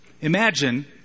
Imagine